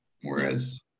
whereas